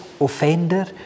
offender